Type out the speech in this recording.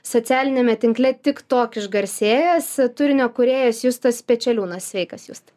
socialiniame tinkle tik tok išgarsėjęs turinio kūrėjas justas pečeliūnas sveikas justai